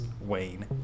Wayne